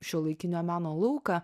šiuolaikinio meno lauką